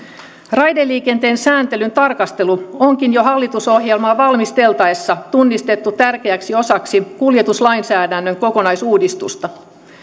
raideliikenteen sääntelyn tarkastelu onkin jo hallitusohjelmaa valmisteltaessa tunnistettu tärkeäksi osaksi kuljetuslainsäädännön kokonaisuudistusta